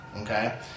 okay